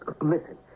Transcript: Listen